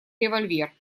револьвер